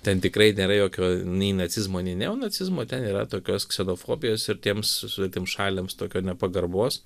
ten tikrai nėra jokio nei nacizmo nei neonacizmo ten yra tokios ksenofobijos ir tiems svetimšaliams tokio nepagarbos